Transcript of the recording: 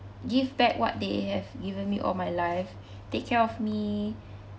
give back what they have given me all my life take care of me